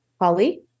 Holly